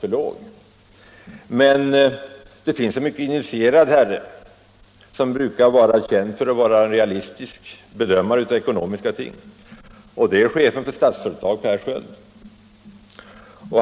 för låg, men det finns en mycket initierad herre som är känd för att vara en realistisk bedömare av ekonomiska ting, nämligen chefen för Statsföretag, Per Sköld.